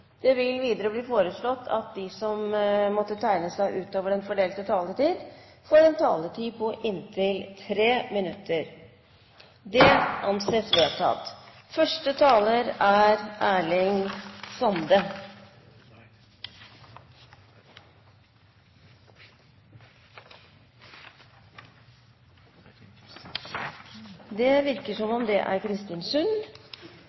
Videre blir det foreslått at de som måtte tegne seg på talerlisten utover den fordelte taletid, får en taletid på inntil 3 minutter. – Det anses vedtatt. Temaet som vi tar opp i denne saken, er